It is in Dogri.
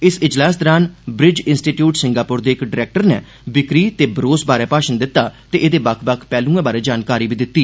इस इजलास दौरान ब्रिज इन्स्टीच्यूट सिंगापोर दे इक डरैक्टर नै बिक्री ते बरोस बारै भाशण दिता ते एदे बक्ख बक्ख पैहलुएं बारै जानकारी दिती